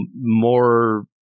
more